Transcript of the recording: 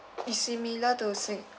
it's similar to sing~